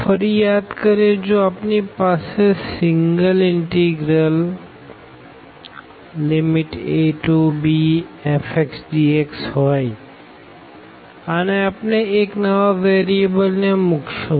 ફરી યાદ કરીએ જો આપણી પાસે સિંગલ ઇનટેગરલabfdx હોઈ અને આપણે એક નવા વેરીએબલ ને મૂકશું